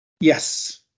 Yes